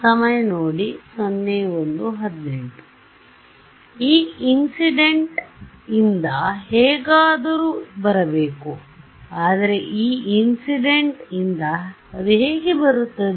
E ಇನ್ಸಿಡೆಂಟ್ಇಂದ ಹೇಗಾದರೂ ಬರಬೇಕು ಆದರೆ E ಇನ್ಸಿಡೆಂಟ್ಇಂದ ಅದು ಹೇಗೆ ಬರುತ್ತದೆ